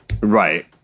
right